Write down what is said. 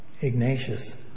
Ignatius